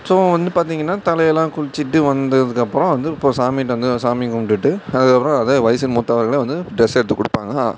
so வந்து பார்த்தீங்கன்னா தலையெல்லாம் குளிச்சுட்டு வந்ததுக்கப்புறம் வந்து இப்போது சாமிகிட்ட வந்து சாமி கும்பிட்டுட்டு அதுக்கப்புறம் அதே வயசின் மூத்தவர்களே வந்து ட்ரெஸ் எடுத்துக் கொடுப்பாங்க